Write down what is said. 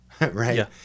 right